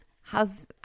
how's